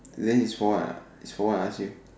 then it's for what for what I ask you